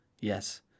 Yes